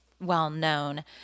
well-known